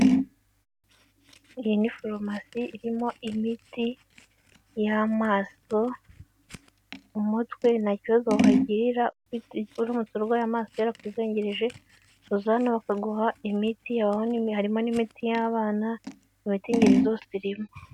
Iyi ni farumasi irimo imiti y'amaso umutwe nta kibazo wahagirira uramutse urwaye amasoso yarakuzengereje uza hano bakaguha imiti yawe harimo n'imiti y'abana, imiti y'ingeri zose irimo.